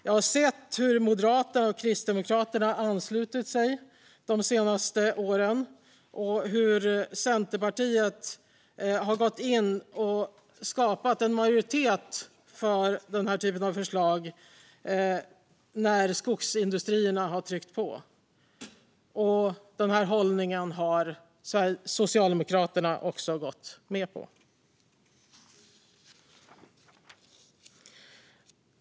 Jag har sett hur Moderaterna och Kristdemokraterna har anslutit sig de senaste åren och hur Centerpartiet har gått in och skapat en majoritet för den här typen av förslag när skogsindustrierna har tryckt på. Den hållningen har också Socialdemokraterna gått med på.